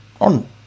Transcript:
on